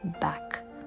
back